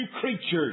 creatures